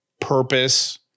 Purpose